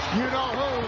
you-know-who